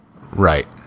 Right